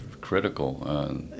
critical